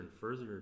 further